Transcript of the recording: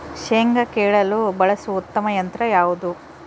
ಶೇಂಗಾ ಕೇಳಲು ಬಳಸುವ ಉತ್ತಮ ಯಂತ್ರ ಯಾವುದು?